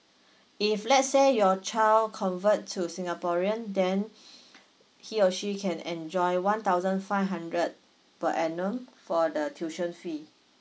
if let's say your child convert to singaporean then he or she can enjoy one thousand five hundred per annum for the tuition fee